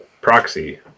proxy